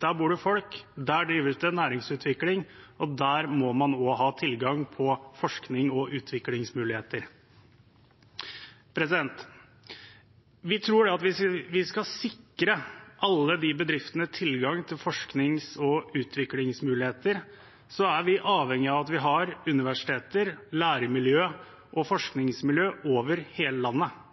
Der bor det folk, der drives det næringsutvikling, og der må man også ha tilgang på forsknings- og utviklingsmuligheter. Vi tror at hvis vi skal sikre alle de bedriftene tilgang til forsknings- og utviklingsmuligheter, er vi avhengig av at vi har universiteter, læremiljøer og forskningsmiljøer over hele landet –